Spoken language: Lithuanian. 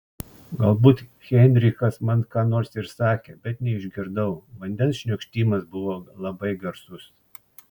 galbūt heinrichas man ką nors ir sakė bet neišgirdau vandens šniokštimas buvo labai garsus